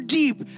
deep